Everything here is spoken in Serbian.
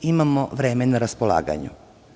Imamo vreme na raspolaganju.